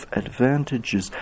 advantages